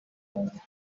kugira